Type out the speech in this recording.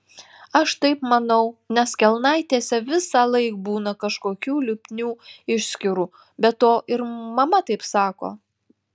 aš taip manau nes kelnaitėse visąlaik būna kažkokių lipnių išskyrų be to ir mama taip sako